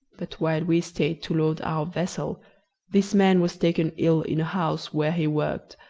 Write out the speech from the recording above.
but while we stayed to load our vessel this man was taken ill in a house where he worked,